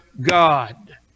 God